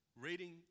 reading